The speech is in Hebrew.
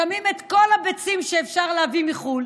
שמים את כל הביצים שאפשר להביא מחו"ל,